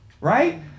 Right